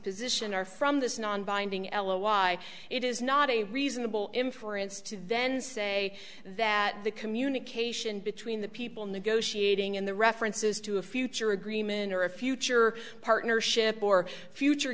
position are from this non binding elo why it is not a reasonable inference to then say that the communication between the people negotiating and the references to a future agreement or a future partnership or future